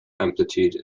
amplitude